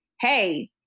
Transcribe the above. hey